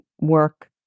work